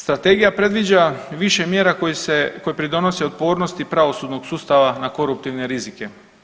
Strategija predviđa više mjera koje se, koje pridonose otpornosti pravosudnog sustava na koruptivne rizike.